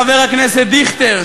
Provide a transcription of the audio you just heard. חבר הכנסת דיכטר,